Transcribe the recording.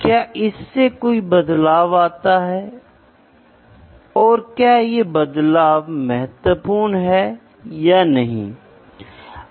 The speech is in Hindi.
दूसरी बात यह है कि विकास डिजाइन प्रक्रिया का एक अंतिम चरण है जिसमें विकसित होने वाले डिवाइस के संचालन और प्रदर्शन के लिए विभिन्न मात्राओं का माप शामिल है